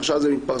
עכשיו זה התפרסם,